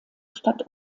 stadt